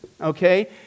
Okay